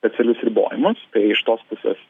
specialius ribojimus tai iš tos pusės